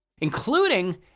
including